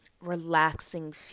relaxing